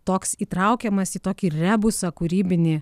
toks įtraukiamas į tokį rebusą kūrybinį